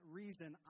reason